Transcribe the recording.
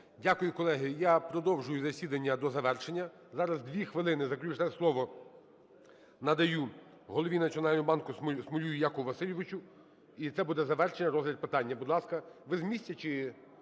Дякую, колеги. Я продовжую засідання до завершення. Зараз 2 хвилини заключне слово надаю Голові Національного банку Смолію Якову Васильовичу. І це буде завершення розгляду питання. Будь ласка, ви з місця чи?